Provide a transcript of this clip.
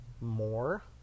more